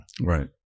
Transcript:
Right